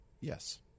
Yes